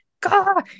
God